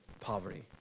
poverty